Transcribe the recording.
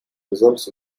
results